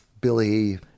Billy